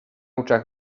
oczach